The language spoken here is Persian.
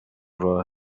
راه